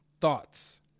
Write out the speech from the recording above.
Thoughts